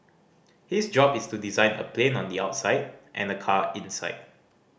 his job is to design a plane on the outside and a car inside